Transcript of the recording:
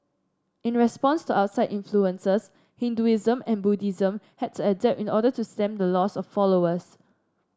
in response to outside influences Hinduism and Buddhism had to adapt in order to stem the loss of followers